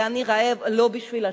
ואני רעב לא בשביל עצמי,